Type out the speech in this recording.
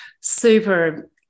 super